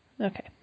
Okay